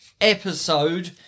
episode